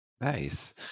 nice